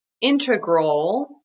integral